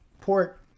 port